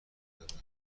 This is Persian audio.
دارد